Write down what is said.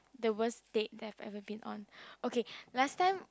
the worse date that I've ever been on okay last time